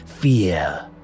fear